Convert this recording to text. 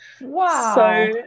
wow